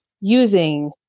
using